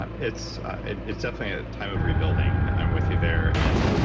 ah it's ah it's definitely a time of rebuilding and i'm with you there and